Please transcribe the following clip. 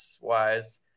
wise